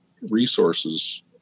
resources